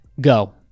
Go